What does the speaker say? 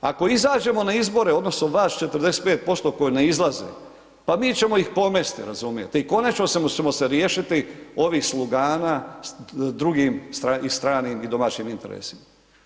Ako izađemo na izbore odnosno vas 45% koji ne izlaze, pa mi ćemo ih pomesti razumijete i konačno ćemo se riješiti ovih slugana drugim i stranim i domaćim interesima.